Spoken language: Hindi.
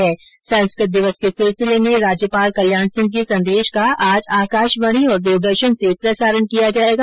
उधर संस्कृत दिवस के सिलसिले में राज्यपाल कल्याण सिंह के संदेश का आज आकाशवाणी और दूरदर्शन से प्रसारण किया जाएगा